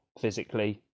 physically